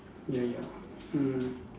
ya ya mm